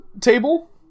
table